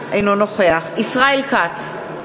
אינו נוכח ישראל כץ,